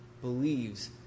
believes